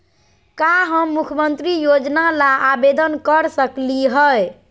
का हम मुख्यमंत्री योजना ला आवेदन कर सकली हई?